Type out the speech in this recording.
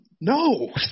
No